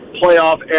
playoff